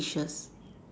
dishes